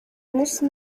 munsi